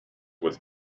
was